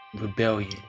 rebellion